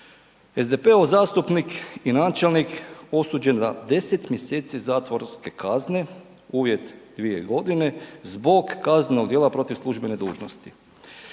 SDP-ov zastupnik i načelnik osuđen na 10. mjeseci zatvorske kazne, uvjet 2.g., zbog kaznenog dijela protiv službene dužnosti.